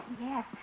Yes